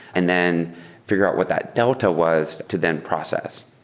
and then figure out what that delta was to then process,